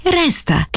resta